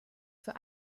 für